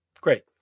Great